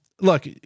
look